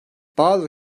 bazı